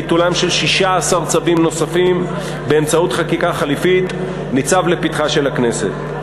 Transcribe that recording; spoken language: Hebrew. ביטולם של 16 צווים נוספים באמצעות חקיקה חלופית ניצב לפתחה של הכנסת.